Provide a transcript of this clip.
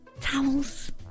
towels